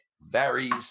varies